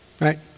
Right